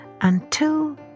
until